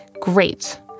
Great